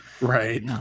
Right